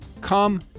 Come